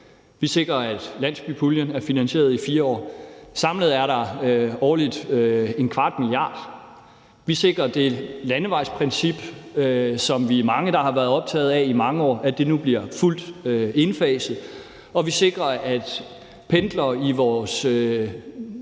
Vi sikrer, at landsbypuljen er finansieret i 4 år. Samlet er der årligt 250 mio. kr. Vi sikrer, at det landevejsprincip, som vi er mange der har været optaget af i mange år, nu bliver fuldt indfaset. Og vi sikrer, at det for pendlere i vores